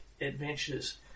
adventures